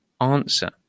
answer